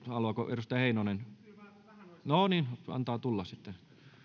haluaako edustaja heinonen käyttää puheenvuoron no niin antaa tulla sitten vaikka